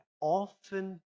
often